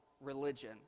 religion